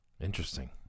Interesting